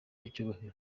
icyubahiro